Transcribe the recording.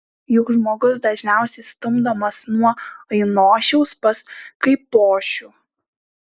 juk žmogus dažniausiai stumdomas nuo ainošiaus pas kaipošių